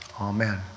Amen